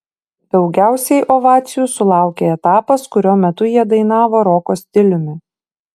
daugiausiai ovacijų sulaukė etapas kurio metu jie dainavo roko stiliumi